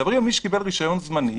מדברים על מי שקיבל רישיון זמני,